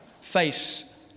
face